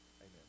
Amen